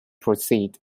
proceed